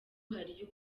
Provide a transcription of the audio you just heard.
hariyo